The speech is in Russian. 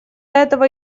этого